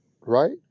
right